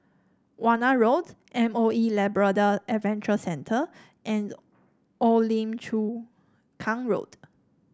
Warna Road M O E Labrador Adventure Center and Old Lim Chu Kang Road